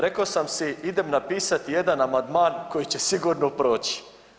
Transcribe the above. Rekao sam si idem napisati jedan amandman koji će sigurno proći.